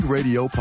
Radio